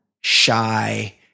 shy